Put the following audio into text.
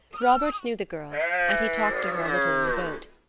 robert knew the girl, and he talked to her a little in the boat.